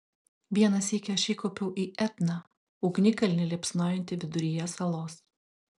vieną sykį aš įkopiau į etną ugnikalnį liepsnojantį viduryje salos